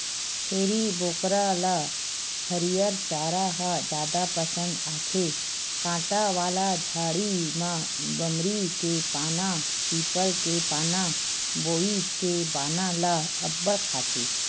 छेरी बोकरा ल हरियर चारा ह जादा पसंद आथे, कांटा वाला झाड़ी म बमरी के पाना, पीपल के पाना, बोइर के पाना ल अब्बड़ खाथे